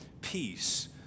peace